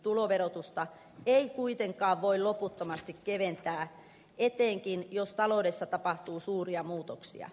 tuloverotusta ei kuitenkaan voi loputtomasti keventää etenkin jos taloudessa tapahtuu suuria muutoksia